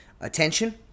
attention